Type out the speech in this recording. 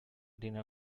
dinner